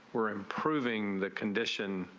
we're improving the condition.